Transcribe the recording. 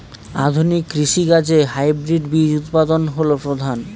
আধুনিক কৃষি কাজে হাইব্রিড বীজ উৎপাদন হল প্রধান